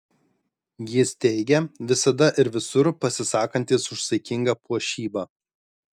jis teigia visada ir visur pasisakantis už saikingą puošybą